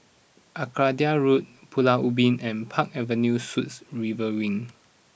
Arcadia Road Pulau Ubin and Park Avenue Suites River Wing